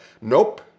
nope